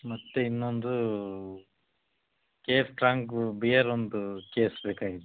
ಮತ್ತೆ ಇನ್ನೊಂದು K F strong beer ಒಂದು ಕೇಸ್ ಬೇಕಾಗಿತ್ತು